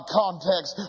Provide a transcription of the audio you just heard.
context